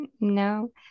No